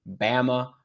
Bama